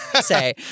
say